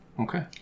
Okay